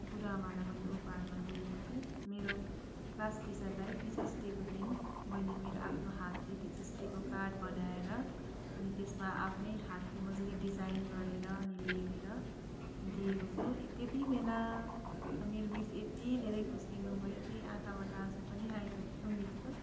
गुरुआमालाई मैले उपहारमा दिएको छु मेरो क्लास टिचरलाई टिचर्स डेको दिन मैले मेरो आफ्नो हातले टिचर्स डेको कार्ड बनाएर अनि त्यसमा आफ्नै हातले मजाले डिजाइन गरेर अनि लेखेर दिएको छु ए त्यति बेला मेरो मिस यति धेरै खुसी हुनुभयो कि आँखाबाट आँसु पनि आएको थियो मिसको